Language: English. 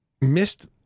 missed